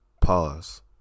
Pause